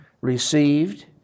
received